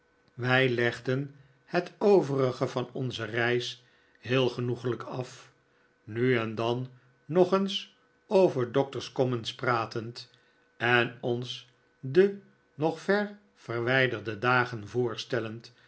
wij legden het overige van onze reis heel genoeglijk af nu en dan nog eens over doctor's commons pratend en ons de nog ver verwijderde dagen voorstellend